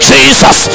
Jesus